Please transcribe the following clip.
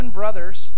brothers